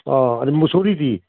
ꯑꯥ ꯑꯗꯣ ꯃꯨꯁꯣꯔꯤꯗꯤ